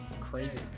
crazy